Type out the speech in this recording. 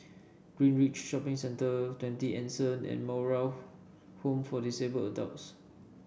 Greenridge Shopping Centre Twenty Anson and Moral Home for Disabled Adults